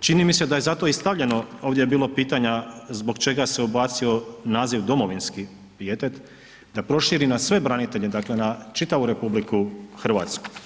čini mise da je zato i stavljeno ovdje je bilo pitanja zbog čega se ubacio naziv domovinski pijetet, da proširi na sve branitelje dakle na čitavu RH.